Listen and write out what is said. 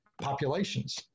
populations